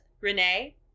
Renee